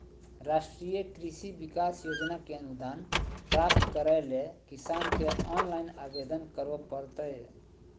राष्ट्रीय कृषि विकास योजना के अनुदान प्राप्त करैले किसान के ऑनलाइन आवेदन करो परतय